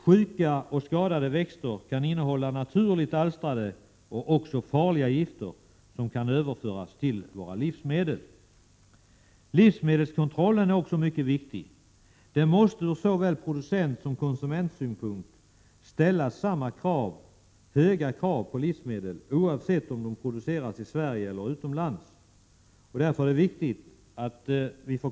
Sjuka och skadade växter kan innehålla naturligt alstrade farliga gifter som kan överföras till våra livsmedel. Livsmedelskontrollen är mycket viktig. Det måste ur såväl producentsom konsumentsynpunkt ställas samma höga krav på livsmedel, oavsett om de prducerats i Sverige eller utomlands.